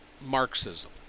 Marxism